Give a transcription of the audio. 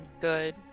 Good